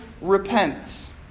repents